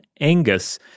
Angus